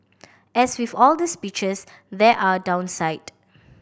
as with all the speeches there are downside